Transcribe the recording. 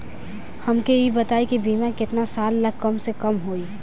हमके ई बताई कि बीमा केतना साल ला कम से कम होई?